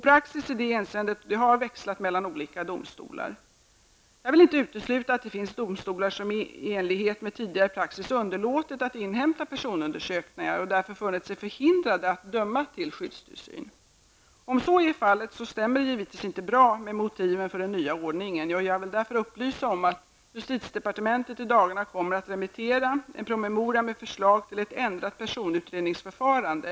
Praxis i det hänseendet har växlat mellan olika domstolar. Jag vill inte utesluta att det finns domstolar som i enlighet med tidigare praxis underlåtit att inhämta personundersökningar och som därför har funnit sig förhindrade att döma till skyddstillsyn. Om så är fallet, överensstämmer detta givetvis inte särskilt bra med motiven avseende den nya ordningen. Jag vill därför även upplysa om att justitiedepartementet i dagarna kommer att remittera en promemoria med förslag till ett ändrat personutredningsförfarande.